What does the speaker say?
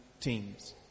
teams